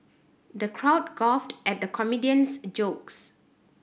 the crowd guffawed at the comedian's jokes